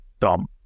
Dumb